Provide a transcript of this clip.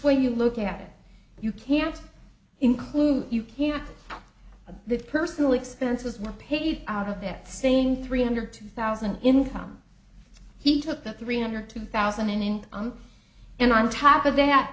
way you look at it you can't include you can of the personal expenses were paid out of that same three hundred two thousand income he took that three hundred two thousand and on and on top of that